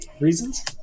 Reasons